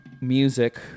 music